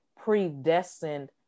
predestined